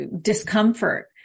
discomfort